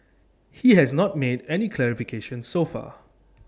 ho has not made any clarifications so far